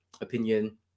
opinion